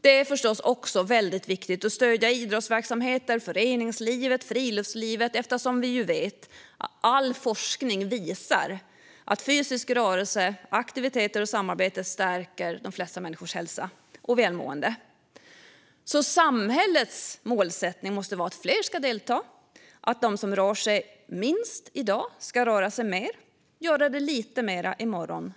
Det är förstås också väldigt viktigt att stödja idrottsverksamheter, föreningslivet och friluftslivet, eftersom vi vet att all forskning visar att fysisk rörelse, aktivitet och samarbete stärker de flesta människors hälsa och välmående. Samhällets målsättning måste vara att fler ska delta och att de som rör sig minst i dag ska röra sig lite mer i morgon.